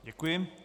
Děkuji.